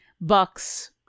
Bucks